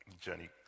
journey